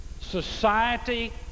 society